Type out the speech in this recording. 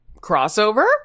crossover